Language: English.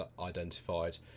identified